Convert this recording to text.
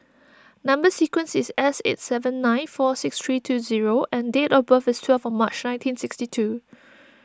Number Sequence is S eight seven nine four six three two zero and date of birth is twelfth March nineteen sixty two